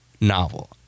novel